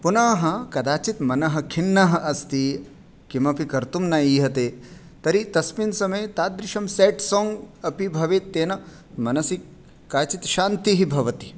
पुनः कदाचित् मनः खिन्नम् अस्ति किमपि कर्तुं न ईहते तर्हि तस्मिन् समये तादृशं सेड् साङ्ग् अपि भवेत् तेन मनसि काचित् शान्तिः भवति